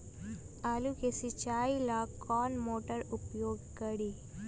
आलू के सिंचाई ला कौन मोटर उपयोग करी?